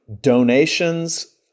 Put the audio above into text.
donations